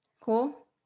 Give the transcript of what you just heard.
Cool